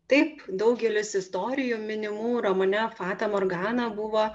taip daugelis istorijų minimų romane fata morgana buvo